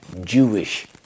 Jewish